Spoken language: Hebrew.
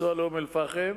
לנסוע לאום-אל-פחם